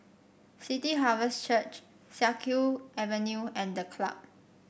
City Harvest Church Siak Kew Avenue and The Club